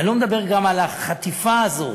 אני גם לא מדבר על החטיפה הזאת,